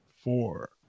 four